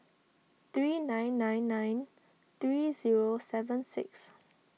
three nine nine nine three zero seven six